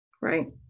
right